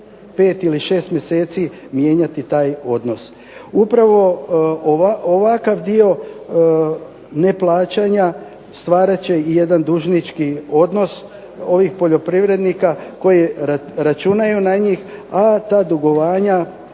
5 ili 6 mjeseci mijenjati taj odnos. Upravo ovakav dio neplaćanja stvarat će i jedan dužnički odnos ovih poljoprivrednika koji računaju na njih, a ta dugovanja